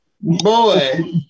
Boy